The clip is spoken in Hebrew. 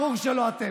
ברור שלא אתם.